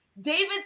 David